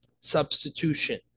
substitution